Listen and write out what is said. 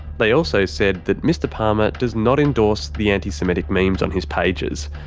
they also said that mr palmer does not endorse the anti-semitic memes on his pages.